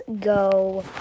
go